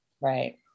Right